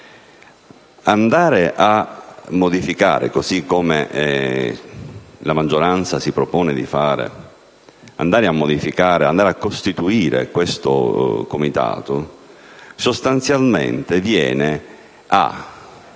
Andare a modificare, così come la maggioranza si propone di fare, ed andare a costituire questo Comitato, riduce sostanzialmente le